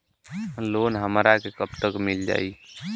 Loan हमरा के कब तक मिल जाई?